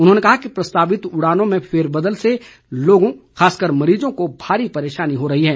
उन्होंने कहा कि प्रस्तावित उड़ानों में फेरबदल से लोगों खासकर मरीजों को भारी परेशानी हो रही है